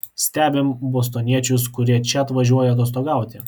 stebim bostoniečius kurie čia atvažiuoja atostogauti